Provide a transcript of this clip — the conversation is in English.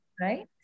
right